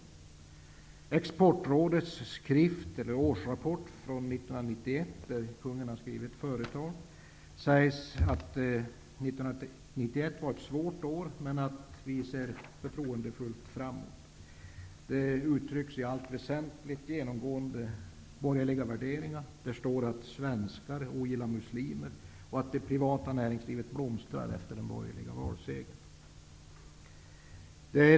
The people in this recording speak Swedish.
I Exportrådets årsrapport från 1991, där kungen har skrivit företalet, sägs det att 1991 var ett svårt år, men vi ser förtroendefullt framåt. I allt väsentligt uttrycks genomgående borgerliga värderingar. Där står att svenskar ogillar muslimer och att det privata näringslivet blomstrar efter den borgerliga valsegern.